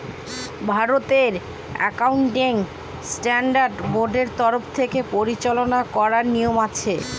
ভারতের accounting standard বোর্ডের তরফ থেকে পরিচালনা করার নিয়ম আছে